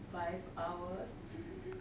five hours